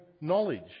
knowledge